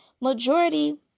majority